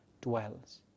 dwells